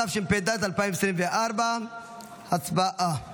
התשפ"ד 2024. הצבעה.